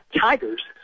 Tigers